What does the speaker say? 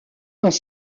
dans